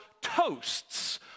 toasts